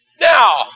Now